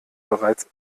bereits